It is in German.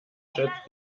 schätzt